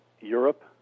Europe